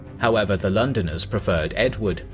however, the londoners preferred edward,